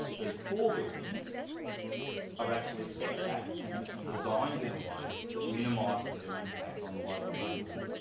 these four buildings are actually setback and designed in a way that minimises their impact on the local neighbourhood.